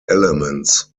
elements